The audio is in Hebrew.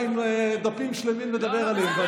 הוא בא עם דפים שלמים לדבר עליהם.